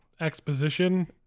exposition